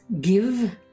give